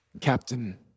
Captain